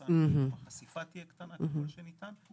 וכתוצאה מזה החשיפה תהיה קטנה ככל שניתן.